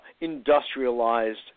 industrialized